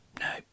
No